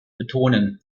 betonen